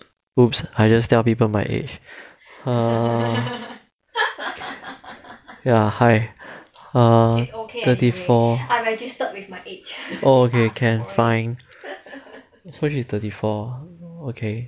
!oops! I just tell people my age err ya hi err thirty four oh okay can fine so she thirty four